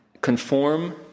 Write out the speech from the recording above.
conform